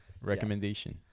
Recommendation